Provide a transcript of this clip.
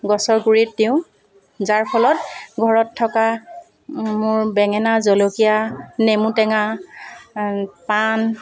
গছৰ গুড়িত দিওঁ যাৰ ফলত ঘৰত থকা মোৰ বেঙেনা জলকীয়া নেমু টেঙা পাণ